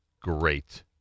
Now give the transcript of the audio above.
great